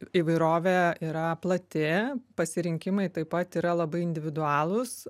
įvairovė yra plati pasirinkimai taip pat yra labai individualūs